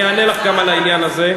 זה נושא שנוי במחלוקת.